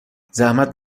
زحمت